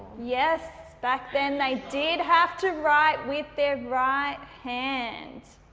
yes, back then they did have to write with their right hand.